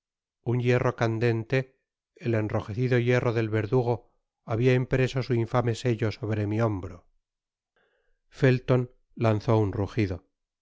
un hierro candente el enrojecido hierro del verdugo habia impreso su infame sello sobre mi hombro felton lanzó un rugido